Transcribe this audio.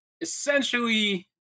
essentially